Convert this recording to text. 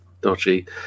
dodgy